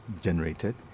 generated